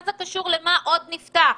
מה זה קשור למה עוד נפתח במקביל?